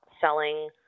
selling